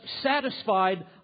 satisfied